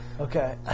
Okay